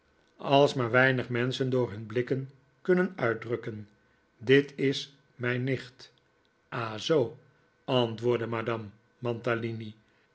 als maar weinig menschen door nun blikken kunnen uitdrukken dit is mijn nicht ah zoo antwoordde madame